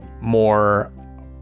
more